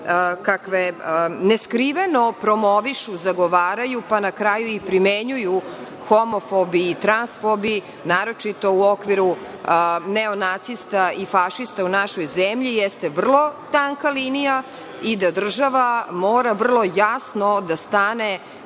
kakve neskriveno promovišu, zagovaraju, pa na kraju i primenjuju homofobi i transfobi, naročito u okviru neonacista i fašista u našoj zemlji, jeste vrlo tanka linija i da država mora vrlo jasno da stane